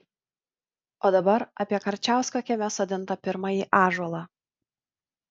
o dabar apie karčiausko kieme sodintą pirmąjį ąžuolą